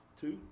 Two